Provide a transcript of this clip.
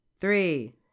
Three